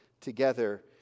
together